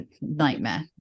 nightmare